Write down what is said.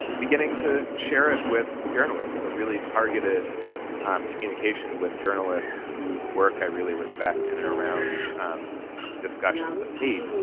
beginning to share it with journalists. so really targeted communication with journalists whose work i really respect in and around discussions of hate.